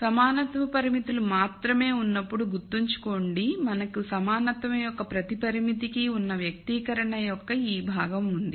సమానత్వ పరిమితులు మాత్రమే ఉన్నప్పుడు గుర్తుంచుకోండి మనకు సమానత్వం యొక్క ప్రతి పరిమితికి ఉన్న వ్యక్తీకరణ యొక్క ఈ భాగం ఉంది